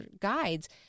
guides